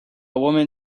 woman